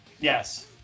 yes